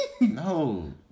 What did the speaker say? No